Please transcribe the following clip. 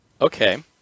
Okay